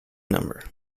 number